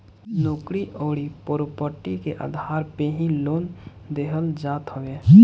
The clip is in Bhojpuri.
नोकरी अउरी प्रापर्टी के आधार पे ही लोन देहल जात हवे